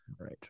Right